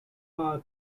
barr